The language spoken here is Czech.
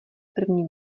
první